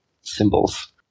symbols